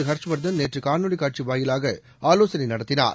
ஹர்ஷ்வர்தன் நேற்று காணொலி காட்சி வாயிலாக ஆலோசனை நடத்தினார்